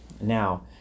Now